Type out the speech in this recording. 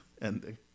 ending